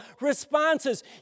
responses